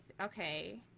okay